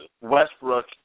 Westbrook